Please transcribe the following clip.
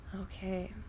Okay